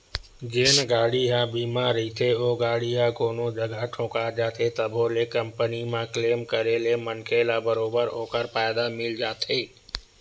जेन गाड़ी ह बीमा रहिथे ओ गाड़ी ह कोनो जगा ठोका जाथे तभो ले कंपनी म क्लेम करे ले मनखे ल बरोबर ओखर फायदा मिल जाथे